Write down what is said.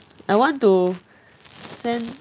I want to send